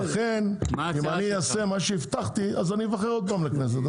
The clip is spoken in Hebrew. ולכן אם אני אעשה מה שהבטחתי אז אני אבחר עוד פעם לכנסת,